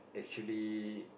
actually